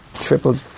triple